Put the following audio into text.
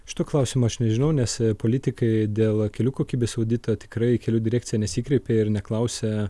šito klausimo aš nežinau nes politikai dėl kelių kokybės audito tikrai į kelių direkciją nesikreipė ir neklausė